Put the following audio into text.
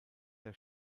der